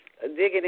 Digging